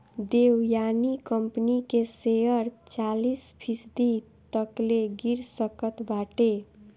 Devyani company के शेयर चालीस फीसदी तकले गिर सकत बाटे